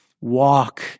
walk